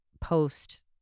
post